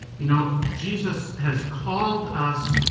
you know jesus has called us.